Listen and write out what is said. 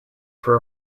for